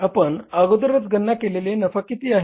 आपण अगोदरच गणना केलेला नफा किती आहे